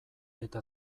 eta